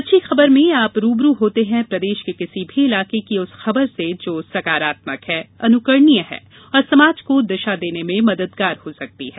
अच्छी खबर में आप रूबरू होते हैं प्रदेश के किसी भी इलाके की उस खबर से जो सकारात्मक है अनुकरणीय है और समाज को दिशा देने में मददगार हो सकती है